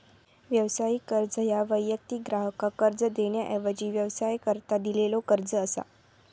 व्यावसायिक कर्ज ह्या वैयक्तिक ग्राहकाक कर्ज देण्याऐवजी व्यवसायाकरता दिलेलो कर्ज असा